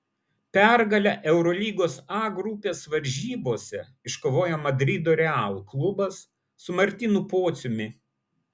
pergalę eurolygos a grupės varžybose iškovojo madrido real klubas su martynu pociumi